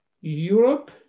Europe